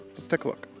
let's take a look.